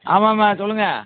ஆமாம் ஆமாம் சொல்லுங்கள்